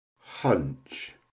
Hunch